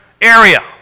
area